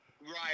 Right